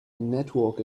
network